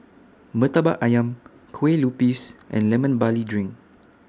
Murtabak Ayam Kue Lupis and Lemon Barley Drink